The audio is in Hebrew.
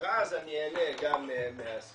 ואז אני אהנה גם מהשכירות,